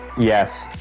Yes